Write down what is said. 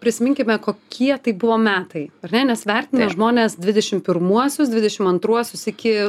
prisiminkime kokie tai buvo metai ar ne nes vertina žmonės dvidešim pirmuosius dvidešim antruosius iki